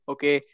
Okay